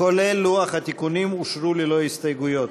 כולל לוח התיקונים, אושרו ללא הסתייגויות.